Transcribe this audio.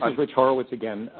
and rich horowitz again.